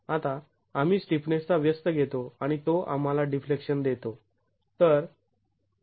आता आम्ही स्टिफनेसचा व्यस्त घेतो आणि तो आम्हाला डिफ्लेक्शन्स् देतो